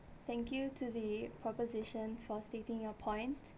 thank you to the proposition for stating your point